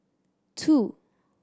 two